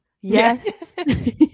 Yes